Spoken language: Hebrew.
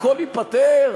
הכול ייפתר?